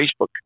Facebook